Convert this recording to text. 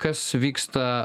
kas vyksta